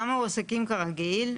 למה הוא עסקים כרגיל?